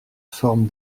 forme